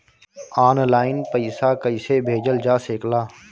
आन line पईसा कईसे भेजल जा सेकला?